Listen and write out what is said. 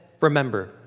remember